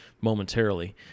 momentarily